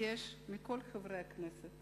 לבקש מכל חברי הכנסת